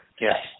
Yes